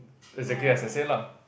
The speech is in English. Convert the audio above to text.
exactly as I said lah